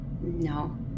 No